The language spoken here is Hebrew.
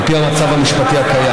על פי המצב המשפטי הקיים,